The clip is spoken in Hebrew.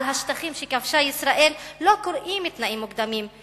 השטחים שכבשה ישראל לא קוראים "תנאים מוקדמים".